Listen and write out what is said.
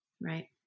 Right